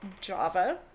Java